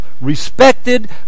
respected